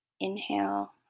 inhale